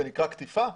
זה נקרא קטיפה?